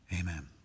Amen